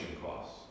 costs